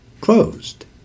closed